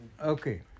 Okay